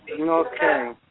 Okay